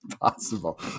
Possible